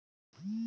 মৌল বীজ কোনগুলি?